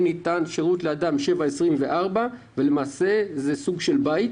ניתן שירות לאדם 24/7 ולמעשה זה סוג של בית,